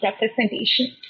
representation